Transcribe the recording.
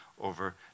over